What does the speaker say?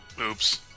oops